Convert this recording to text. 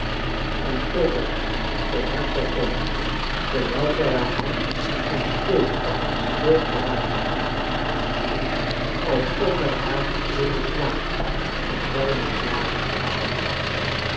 en trok er aan zoo hard zij kon terwijl zrj haar hand nog steeds als een schild voor haar gelaat hield alsof hij haar wilde slaan en zij de s lagen afweerde